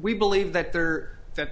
we believe that there that